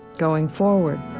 going forward